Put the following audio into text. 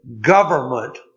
government